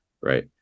right